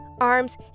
arms